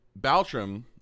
Baltram